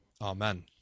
amen